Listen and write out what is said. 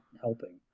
helping